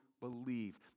believe